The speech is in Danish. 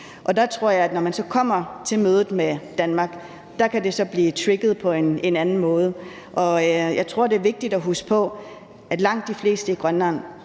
Og der tror jeg, at når man så kommer til mødet med Danmark, kan det blive trigget på en anden måde. Jeg tror, det er vigtigt at huske på, at langt de fleste i Grønland,